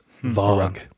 Vogue